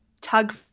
tug